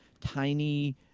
tiny